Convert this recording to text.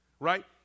Right